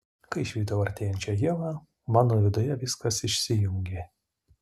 kai išvydau artėjančią ievą mano viduje viskas išsijungė